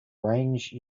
range